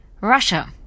Russia